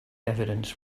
evidence